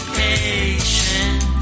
patient